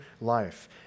life